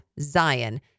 Zion